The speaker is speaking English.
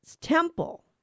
temple